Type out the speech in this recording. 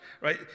right